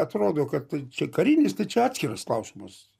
atrodo kad čia karinis tai čia atskiras klausimas